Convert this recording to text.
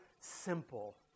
simple